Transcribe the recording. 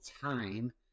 time